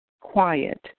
quiet